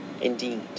Indeed